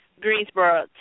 Greensboro